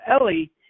Ellie